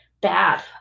bad